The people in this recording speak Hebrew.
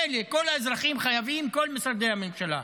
מילא, כל האזרחים חייבים, כל משרדי הממשלה.